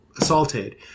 assaulted